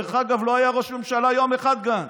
דרך אגב, לא היה ראש ממשלה יום אחד, גנץ.